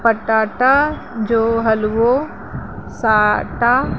पटाटा जो हलवो